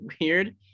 weird